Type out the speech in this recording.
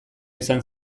izan